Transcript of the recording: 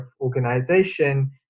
organization